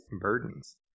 burdens